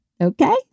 okay